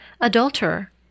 adulterer